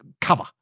cover